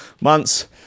months